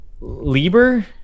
Lieber